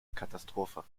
katastrophe